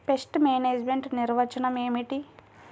Pest management నిర్వచనం ఏమిటి?